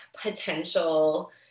potential